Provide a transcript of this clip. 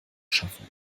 schaffen